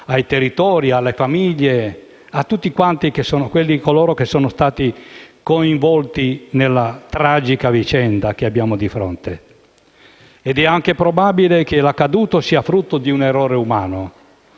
ai territori, alle famiglie e a tutti coloro che sono stati coinvolti nella tragica vicenda che abbiamo di fronte. È anche probabile che l'accaduto sia frutto di un errore umano,